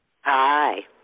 Hi